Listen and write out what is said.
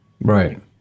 Right